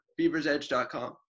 Beaversedge.com